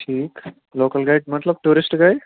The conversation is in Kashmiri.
ٹھیٖک لوکَل گایِڈ مطلب ٹوٗرِسٹ گایِڈ